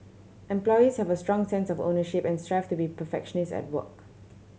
employees have a strong sense of ownership and strive to be perfectionist at work